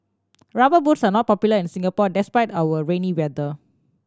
Rubber Boots are not popular in Singapore despite our rainy weather